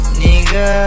nigga